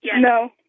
No